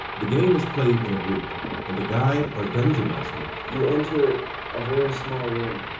the game is played in a group and the guide, or dungeon master. you enter a very small room.